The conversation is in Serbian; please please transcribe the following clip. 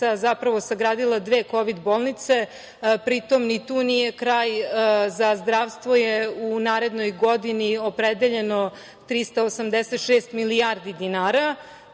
meseca sagradila dve kovid bolnice. Pritom, ni tu nije kraj, za zdravstvo je u narednoj godini opredeljeno 386 milijardi dinara.